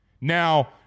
Now